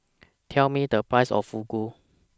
Tell Me The Price of Fugu